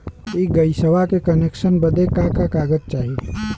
इ गइसवा के कनेक्सन बड़े का का कागज चाही?